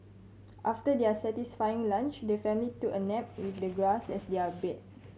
after their satisfying lunch the family took a nap with the grass as their bed